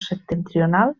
septentrional